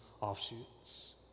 offshoots